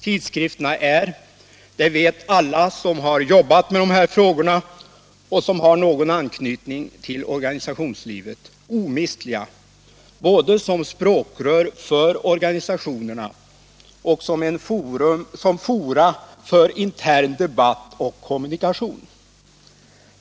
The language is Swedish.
Tidskrifterna är — det vet alla som jobbat med de här frågorna och som har någon anknytning till organisationslivet — omistliga både som språkrör för organisationerna och som fora för intern debatt och kommunikation.